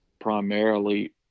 Primarily